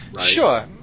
Sure